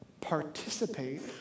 participate